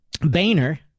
Boehner